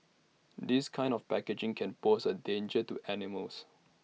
this kind of packaging can pose A danger to animals